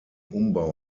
umbau